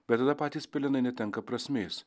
bet tada patys pelenai netenka prasmės